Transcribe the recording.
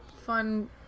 fun